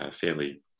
fairly